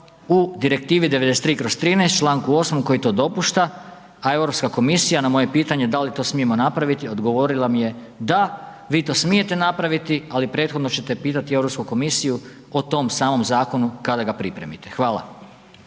u Direktivi 93/13 čl. 8. koji to dopušta, a Europska komisija na moje pitanje da li to smijemo napraviti odgovorila mi je da, vi to smijete napraviti ali prethodno ćete pitati Europsku komisiju o tom samom zakonu kada ga pripremite. Hvala.